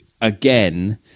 again